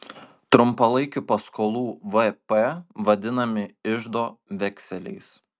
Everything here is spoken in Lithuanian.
trumpalaikių paskolų vp vadinami iždo vekseliais